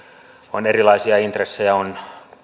on erilaisia intressejä on